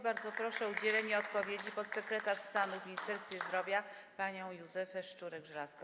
Bardzo proszę o udzielenie odpowiedzi podsekretarz stanu w Ministerstwie Zdrowia panią Józefę Szczurek-Żelazko.